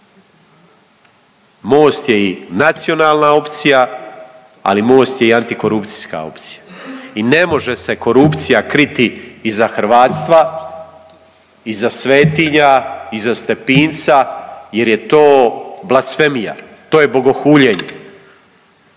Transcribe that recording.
Most je i nacionalna opcija, ali Most je i antikorupcijska opcija i ne može se korupcija kriti iza hrvatstva, iza svetinja, iza Stepinca jer je to blasfemija, to je bogohuljenje